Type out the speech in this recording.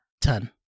Ten